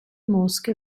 mosche